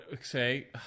say